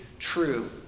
True